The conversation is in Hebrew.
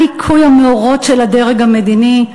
על ליקוי המאורות של הדרג המדיני,